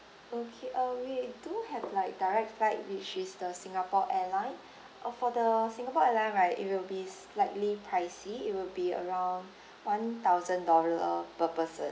okay uh we do have like direct flight which is the singapore airline uh for the singapore airlines right it will be slightly pricey it will be around one thousand dollar per person